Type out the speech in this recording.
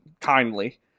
kindly